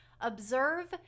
Observe